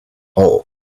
hole